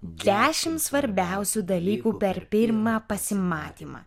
dešimt svarbiausių dalykų per pirmą pasimatymą